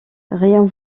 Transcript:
rien